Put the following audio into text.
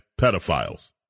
pedophiles